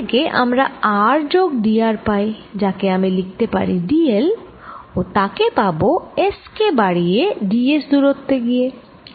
এর থেকে আমরা r যোগ d r পাই যাকে আমি লিখতে পারি d l ও তাকে পাবো S কে বাড়িয়ে d s দূরত্বে গিয়ে